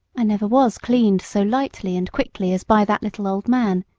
i never was cleaned so lightly and quickly as by that little old man.